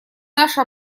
наше